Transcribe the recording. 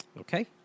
Okay